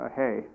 hey